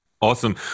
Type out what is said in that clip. Awesome